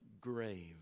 grave